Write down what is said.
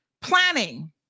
Planning